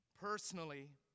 personally